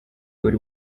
uri